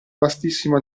vastissimo